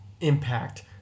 impact